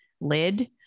lid